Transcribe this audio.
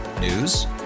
News